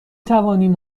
توانیم